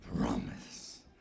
promise